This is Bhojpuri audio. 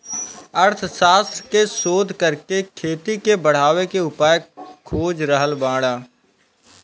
अर्थशास्त्र के शोध करके खेती के बढ़ावे के उपाय खोज रहल बाड़न